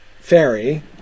fairy